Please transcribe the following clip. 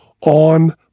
on